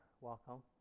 welcome